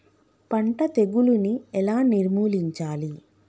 పంట తెగులుని ఎలా నిర్మూలించాలి?